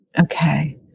Okay